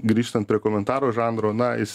grįžtan prie komentaro žanro na jis